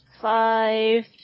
Five